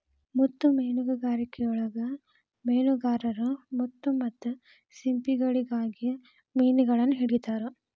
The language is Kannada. ಮುತ್ತು ಮೇನುಗಾರಿಕೆಯೊಳಗ ಮೇನುಗಾರರು ಮುತ್ತು ಮತ್ತ ಸಿಂಪಿಗಳಿಗಾಗಿ ಮಿನುಗಳನ್ನ ಹಿಡಿತಾರ